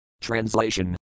Translation